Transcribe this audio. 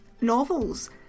novels